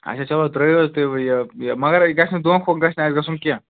اچھا چلو ترٛٲیِو حظ تُہۍ یہِ مگر گژھِ نہٕ دۄنکھٕ ووٚنکھٕ گژھِ نہٕ اَسہِ گژھُن کیٚنٛہہ